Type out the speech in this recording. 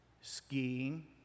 Skiing